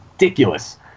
ridiculous